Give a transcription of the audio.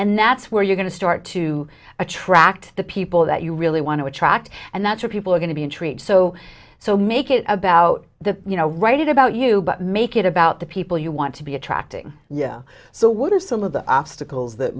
and that's where you're going to start to attract the people that you really want to attract and that's why people are going to be intrigued so so make it about the you know write it about you but make it about the people you want to be attracting so what are some of the obstacles that